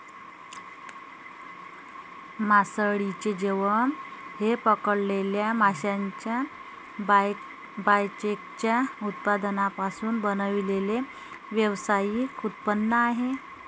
मासळीचे जेवण हे पकडलेल्या माशांच्या बायकॅचच्या उत्पादनांपासून बनवलेले व्यावसायिक उत्पादन आहे